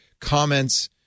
comments